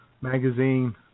magazine